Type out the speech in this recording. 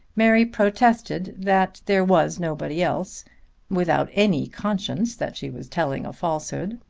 mary protested that there was nobody else without any consciousness that she was telling a falsehood.